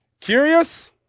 Curious